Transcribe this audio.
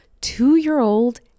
two-year-old